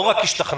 לא רק השתכנענו.